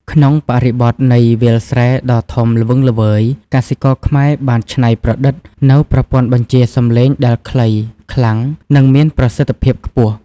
ក្នុងបរិបទនៃវាលស្រែដ៏ធំល្វឹងល្វើយ កសិករខ្មែរបានច្នៃប្រឌិតនូវប្រព័ន្ធបញ្ជាសម្លេងដែលខ្លី ខ្លាំង និងមានប្រសិទ្ធភាពខ្ពស់។